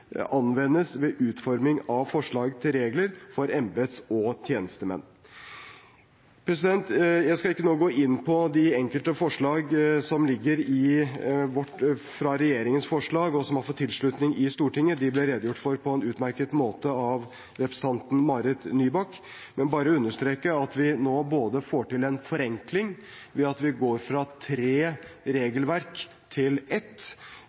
anvendes ved utforming av forslag til regler for embets- og tjenestemenn. Jeg skal ikke nå gå inn på de enkelte forslag som foreligger fra regjeringen, og som har fått tilslutning i Stortinget – de ble redegjort for på en utmerket måte av representanten Marit Nybakk – men bare understreke at vi nå får til en forenkling ved at vi går fra tre regelverk til ett.